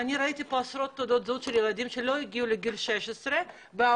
אני ראיתי פה עשרות תעודות זהות של ילדים שלא הגיעו לגיל 16 וההורים